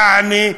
יעני,